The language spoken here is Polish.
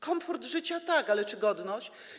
Komfort życia tak, ale czy godność?